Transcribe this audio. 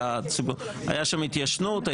היה שם התיישנות,